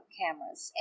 cameras